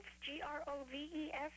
G-R-O-V-E-S